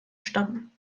stammen